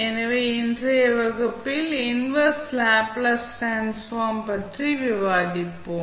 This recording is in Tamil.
எனவே இன்றைய வகுப்பில் இன்வெர்ஸ் லேப்ளேஸ் டிரான்ஸ்ஃபார்ம் பற்றி விவாதிப்போம்